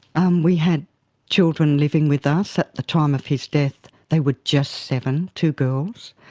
um we had children living with us at the time of his death, they were just seven, two girls.